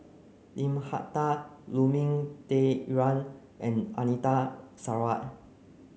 Lim Hak Tai Lu Ming Teh Earl and Anita Sarawak